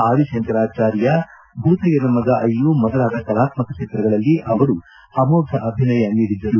ಆದಿ ಶಂಕರಾಜಾರ್ಯ ಭೂತಯ್ಯನ ಮಗ ಅಯ್ಯ ಮೊದಲಾದ ಕಲಾತ್ಮಕ ಚಿತ್ರಗಳಲ್ಲಿ ಅವರು ಅಮೋಫ ಅಭಿನಯ ನೀಡಿದ್ದರು